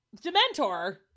Dementor